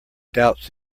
doubts